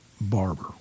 Barber